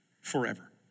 forever